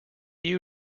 you